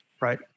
Right